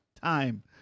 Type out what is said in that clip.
time